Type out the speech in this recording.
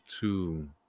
two